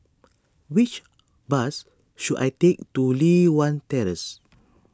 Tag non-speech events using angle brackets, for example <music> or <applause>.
which bus should I take to Li Hwan Terrace <noise>